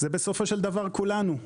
זה בסופו של דבר כולנו,